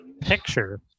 Picture